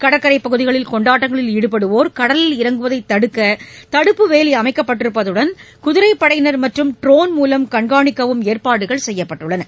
கடற்கரைபகுதிகளில் கொண்டாட்டங்களில் ஈடுபடுவோர் கடலில் இறங்குவதைத் தடுக்கதடுப்பு வேலிஅமைக்கப்பட்டிருப்பதுடன் குதிரைப்படையினர் மற்றும் ட்ரோன் மூலம் கண்காணிக்கவும் ஏற்பாடுகள் செய்யப்பட்டுள்ளன